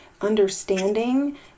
understanding